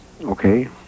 Okay